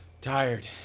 Tired